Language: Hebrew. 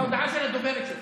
זאת ההודעה של הדוברת שלך.